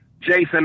Jason